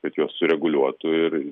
kad juos sureguliuotų ir